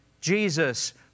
Jesus